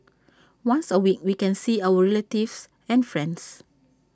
once A week we can see our relatives and friends